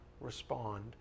respond